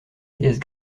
déesse